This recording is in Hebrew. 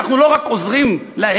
אנחנו לא רק עוזרים "להם",